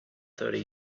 thirty